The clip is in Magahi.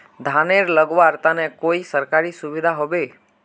धानेर लगवार तने कोई सरकारी सुविधा होबे?